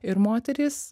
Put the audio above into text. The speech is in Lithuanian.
ir moterys